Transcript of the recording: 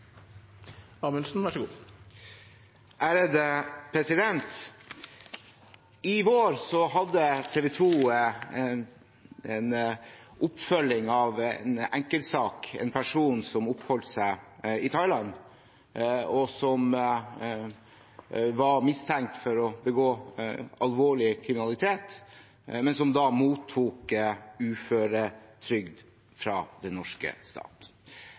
I vår hadde TV 2 en oppfølging av en enkeltsak om en person som oppholdt seg i Thailand, og som var mistenkt for å ha begått alvorlig kriminalitet, men som da mottok uføretrygd fra den norske stat.